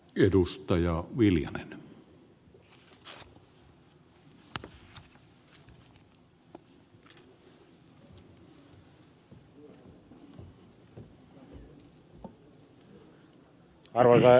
arvoisa herra puhemies